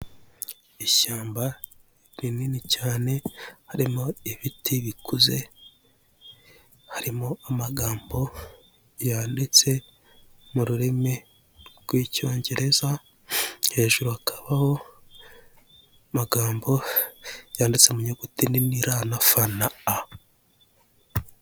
Ishyamba rinini cyane harimo ibiti bikuze harimo amagambo yanditse mu rurimi rw'icyongereza hejuru hakabaho amagambo yanditse mu nyuguti nini r na fa na a .